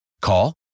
Call